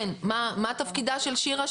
מה תפקידה של שירה?